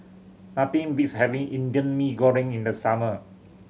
nothing beats having Indian Mee Goreng in the summer